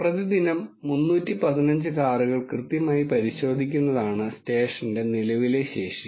പ്രതിദിനം 315 കാറുകൾ കൃത്യമായി പരിശോധിക്കുന്നതാണ് സ്റ്റേഷന്റെ നിലവിലെ ശേഷി